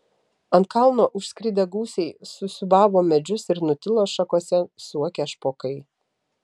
ant kalno užskridę gūsiai susiūbavo medžius ir nutilo šakose suokę špokai